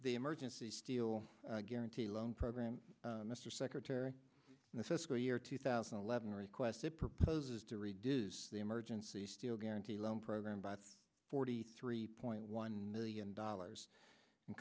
the emergency steel guarantee loan program mr secretary in the fiscal year two thousand and eleven request it proposes to reduce the emergency still guarantee loan program by forty three point one million dollars